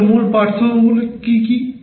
তাহলে মূল পার্থক্যগুলি কী কী